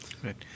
Right